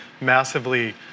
massively